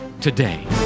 today